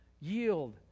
Yield